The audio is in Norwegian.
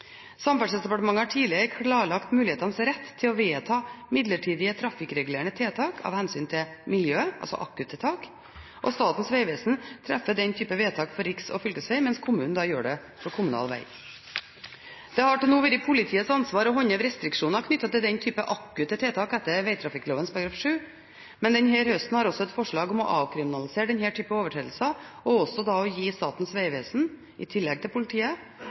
Samferdselsdepartementet har tidligere klarlagt kommunes rett til å vedta midlertidige trafikkregulerende tiltak av hensyn til miljøet, altså akuttiltak. Statens vegvesen treffer den typen vedtak for riksvei og fylkesvei, mens kommunen da gjør det for kommunal vei. Det har til nå vært politiets ansvar å håndheve restriksjoner knyttet til den typen akutte tiltak etter vegtrafikkloven § 7, men denne høsten har et forslag om å avkriminalisere denne typen overtredelser og å gi Statens vegvesen i tillegg til politiet